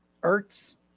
Ertz